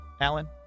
Alan